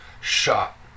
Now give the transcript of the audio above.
shot